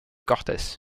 cortés